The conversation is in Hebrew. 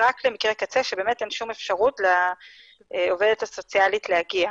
רק למקרי קצה שבאמת אין שום אפשרות לעובדת הסוציאלית להגיע.